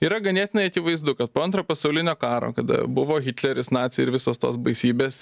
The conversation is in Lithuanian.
yra ganėtinai akivaizdu kad po antrojo pasaulinio karo kada buvo hitleris naciai ir visos tos baisybės